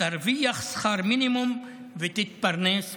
תרוויח שכר מינימום ותתפרנס בקושי.